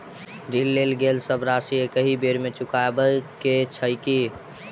ऋण लेल गेल सब राशि एकहि बेर मे चुकाबऽ केँ छै की?